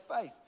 faith